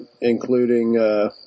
including